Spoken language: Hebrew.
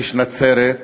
איש נצרת,